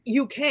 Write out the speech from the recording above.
UK